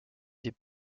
des